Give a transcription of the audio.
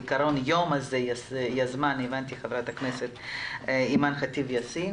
את היום הזה יזמה ח"כ אימאן ח'טיב יאסין